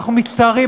אנחנו מצטערים,